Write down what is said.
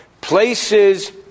places